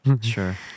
sure